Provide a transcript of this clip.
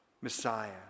Messiah